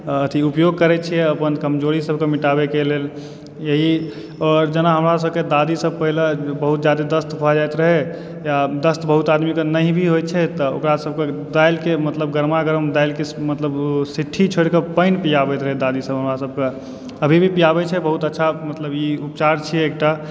अथि उपयोग करै छियै अपन कमजोरी सबके मिटाबए कऽ लेल यही जेना हमरा सबके दाँत सऽ पहिले बहुत ज्यादा दस्त भऽ जाइत रहै दस्त बहुत आदमी के नही भी होइ छै तऽ ओकरा सबके दालि के मतलब गरमागरम दालि के मतलब सिठ्ठी छोड़ि कऽ पानि पियाबैत रहै दादी सभ हमरा सबके अभी भी पियाबै छै बहुत अच्छा मतलब ई उपचार छियै एकटा